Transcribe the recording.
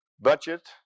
budget